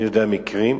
אני יודע על מקרים.